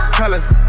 colors